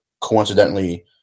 coincidentally